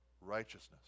righteousness